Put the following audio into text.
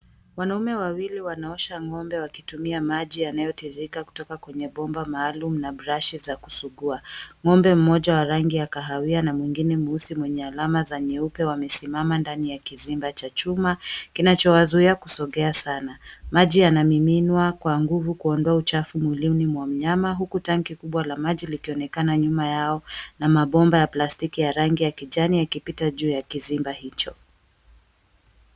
Wanaume wawili wanaosha ng'ombe wakitumia maji yanayotirika kutoka kwenye bomba maalumu na brashi za kusugua. Ng'ombe mmoja wa rangi ya kahawia na mwingine mweusi mwenye alama za nyeupe wamesimama ndani ya kizimba cha chuma kinachowazoea kusongea sana. Maji yanamiminwa kwa nguvu kuondoa uchafu mwilini mwa mnyama, huku tanki kubwa la maji likionekana nyuma yao, na mabomba ya plastiki ya rangi ya kijani akipita juu ya kizimba hicho.